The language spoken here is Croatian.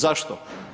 Zašto?